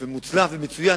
באופן מוצלח ומצוין.